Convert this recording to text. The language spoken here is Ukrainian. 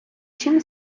чим